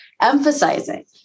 emphasizing